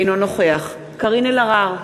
אינו נוכח קארין אלהרר,